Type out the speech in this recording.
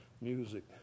music